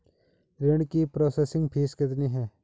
ऋण की processing fee कितनी है?